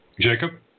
jacob